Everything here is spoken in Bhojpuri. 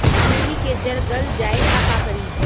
मूली के जर गल जाए त का करी?